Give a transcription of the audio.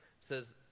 says